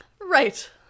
Right